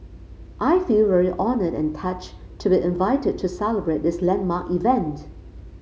I feel very honoured and touched to be invited to celebrate this landmark event